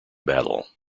battle